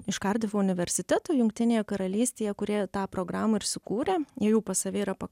iš kardifo universiteto jungtinėje karalystėje kurie tą programą ir sukūrė jie jau pas save yra pa